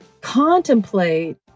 contemplate